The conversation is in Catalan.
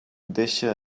deixa